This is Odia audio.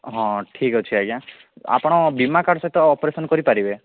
ହଁ ଠିକ୍ ଅଛି ଆଜ୍ଞା ଆପଣ ବୀମା କାର୍ଡ଼୍ ସହିତ ଅପରେସନ୍ କରିପାରିବେ